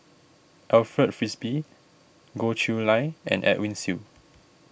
Alfred Frisby Goh Chiew Lye and Edwin Siew